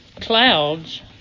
clouds